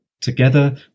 Together